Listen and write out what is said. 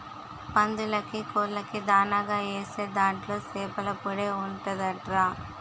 పందులకీ, కోళ్ళకీ దానాగా ఏసే దాంట్లో సేపల పొడే ఉంటదంట్రా